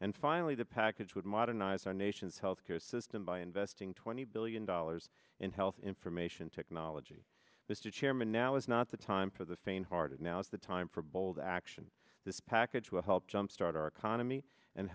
and finally the package would modernize our nation's health care system by investing twenty billion dollars in health information technology mr chairman now is not the time for the faint hearted now is the time for bold action this package will help jumpstart our economy and